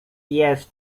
jest